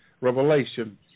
revelation